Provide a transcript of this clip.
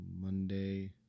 Monday